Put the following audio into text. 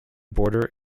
border